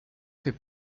fait